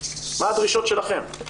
מה הדרישות שלכם.